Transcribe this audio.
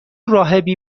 راهبی